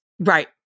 Right